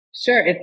Sure